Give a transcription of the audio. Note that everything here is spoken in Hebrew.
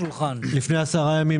מעשרות